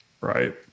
right